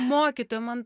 mokytoja man